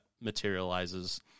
materializes